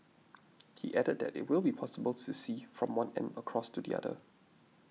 he added that it will be possible to see from one end across to the other